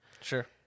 Sure